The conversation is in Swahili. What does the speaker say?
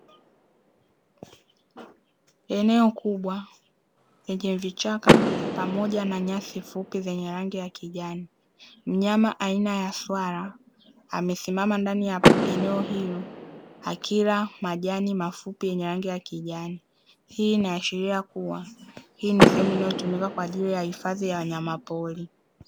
Eneo kubwa, yenye vichaka pamoja na nyasi fupi zenye rangi ya kijani. Mnyama aina ya swala amesimama ndani ya eneo hilo akila majani mafupi yenye rangi ya kijani. Hii inaashiria kuwa hii ni sehemu inayotumika kwa ajili ya hifadhi ya wanyamapori.